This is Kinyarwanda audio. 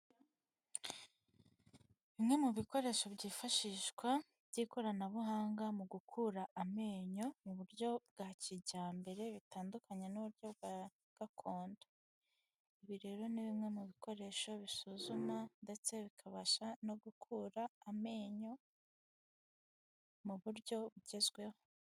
Bimwe mu bikoresho byifashishwa by'ikoranabuhanga mu gukura amenyo mu buryo bwa kijyambere bitandukanye n'uburyo bwa gakondo, ibi rero ni bimwe mu bikoresho bisuzuma ndetse bikabasha no gukura amenyo mu buryo bugezweho.